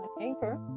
anchor